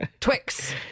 Twix